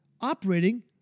operating